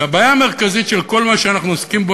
הבעיה המרכזית בכל מה שאנחנו עוסקים בו,